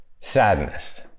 sadness